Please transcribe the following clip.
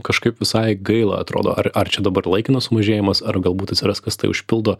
kažkaip visai gaila atrodo ar ar čia dabar laikinas sumažėjimas ar galbūt atsiras kas tai užpildo